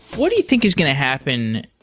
what do you think is going to happen